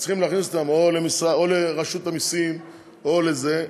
וצריך להכניס אותם לרשות המסים או לזה.